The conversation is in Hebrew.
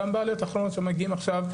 גם בעליות האחרונות שמגיעים עכשיו,